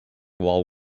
while